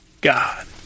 God